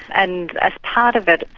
and as part of it,